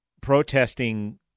protesting